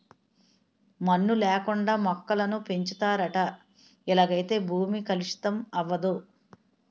మన్ను లేకుండా మొక్కలను పెంచుతారట ఇలాగైతే భూమి కలుషితం అవదు